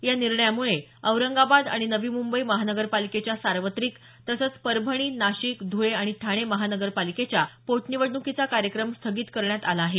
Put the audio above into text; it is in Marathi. या निर्णयामुळे औरंगाबाद आणि नवी मुंबई महानगरपालिकेच्या सार्वत्रिक तसंच परभणी नाशिक धुळे आणि ठाणे महानगरपालिकेच्या पोटनिवडणुकीचा कार्यक्रम स्थगित करण्यात आला आहे